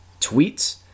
tweets